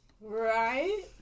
Right